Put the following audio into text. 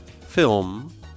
film